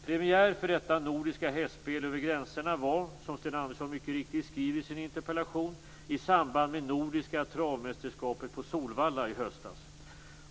Premiär för detta nordiska hästspel över gränserna var, som Sten Andersson mycket riktigt skriver i sin interpellation, i samband med Nordiska travmästerskapet på Solvalla i höstas.